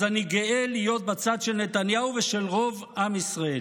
אז אני גאה להיות בצד של נתניהו ושל רוב עם ישראל.